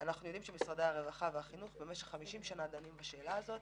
אנחנו יודעים שמשרדי הרווחה והחינוך במשך 50 שנה דנים בשאלה הזאת.